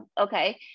Okay